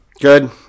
Good